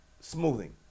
smoothing